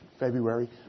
February